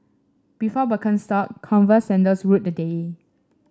before Birkenstock Converse sandals ruled the day